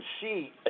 see